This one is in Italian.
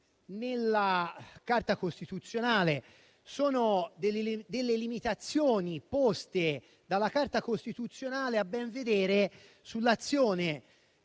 nella Carta costituzionale. Sono delle limitazioni poste dalla Carta costituzionale, a ben vedere, sull'azione